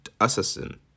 assassin